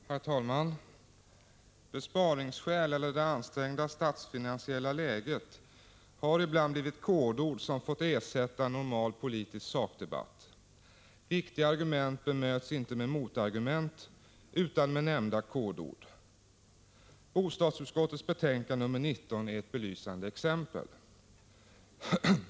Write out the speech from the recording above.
Herr talman! ”Besparingsskäl” eller ”det ansträngda statsfinansiella läget” har blivit kodord som ibland fått ersätta en normal politisk sakdebatt. Vettiga argument bemöts inte med motargument utan med nämnda kodord. Bostadsutskottets betänkande 19 är ett belysande exempel.